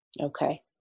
Okay